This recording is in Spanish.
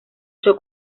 luchó